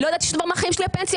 לא ידעתי שום דבר מהחיים שלי לפנסיה,